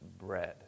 bread